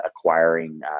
acquiring